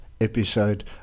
episode